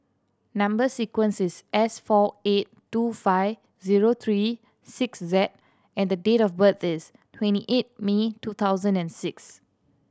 number sequence is S four eight two five zero three six Z and date of birth is twenty eight May two thousand and six